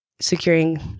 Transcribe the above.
securing